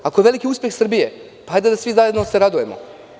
Ako je veliki uspeh Srbije, hajde svi zajedno da se radujemo.